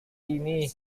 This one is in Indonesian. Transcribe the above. ini